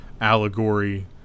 allegory